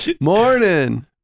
Morning